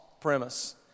premise